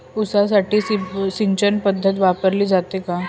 ऊसासाठी सिंचन पद्धत वापरली जाते का?